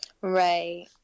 Right